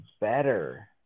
better